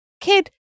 kid